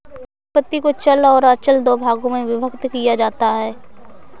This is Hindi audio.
संपत्ति को चल और अचल दो भागों में विभक्त किया जाता है